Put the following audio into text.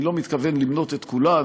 אני לא מתכוון למנות את כולן,